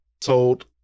told